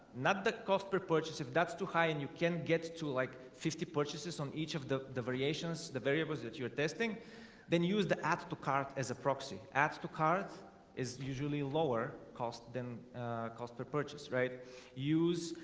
not the cost per purchase if that's too high and you can get to like fifty purchases on each of the the variations the variables that you're testing then use the add to cart as a proxy add to cart is usually lower cost then cost per purchase, right use.